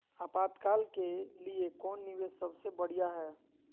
आपातकाल के लिए कौन निवेस सबसे बढ़िया है?